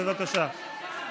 בבקשה.